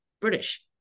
british